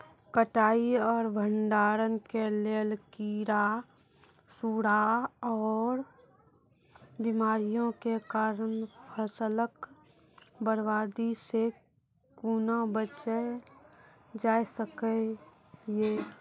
कटाई आर भंडारण के लेल कीड़ा, सूड़ा आर बीमारियों के कारण फसलक बर्बादी सॅ कूना बचेल जाय सकै ये?